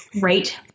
right